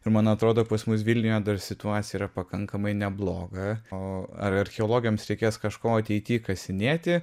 man atrodo pas mus vilniuje dar situacija yra pakankamai nebloga o ar archeologams reikės kažko ateity kasinėti